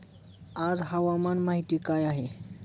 आज हवामान माहिती काय आहे?